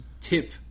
tip